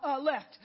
left